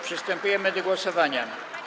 Przystępujemy do głosowania.